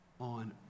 On